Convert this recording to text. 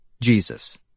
Jesus